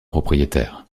propriétaire